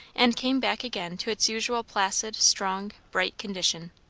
and came back again to its usual placid, strong, bright condition.